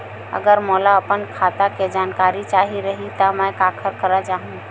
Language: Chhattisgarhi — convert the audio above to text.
अगर मोला अपन खाता के जानकारी चाही रहि त मैं काखर करा जाहु?